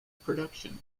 production